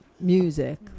music